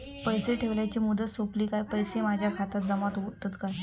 पैसे ठेवल्याची मुदत सोपली काय पैसे माझ्या खात्यात जमा होतात काय?